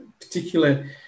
particular